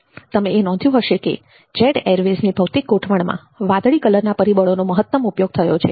તમે એ નોંધ્યું હશે કે જેટ એરવેઝની ભૌતિક ગોઠવણમાં બ્લુ વાદળી કલરના પરિબળોનો મહત્તમ ઉપયોગ થયો છે